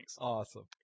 Awesome